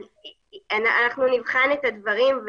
אנחנו נבחן את הדברים.